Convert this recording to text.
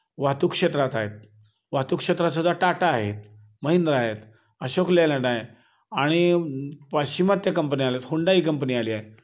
वाहतूक क्षेत्रात आहेत वाहतूक क्षेत्रात सुद्धा टाटा आहेत महिंद्रा आहे अशोक लेल्यांड आहे आणि पाश्चिमात्य कंपन्या आल्या आहेत होंडा ही कंपनी आली आहे